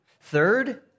Third